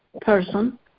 person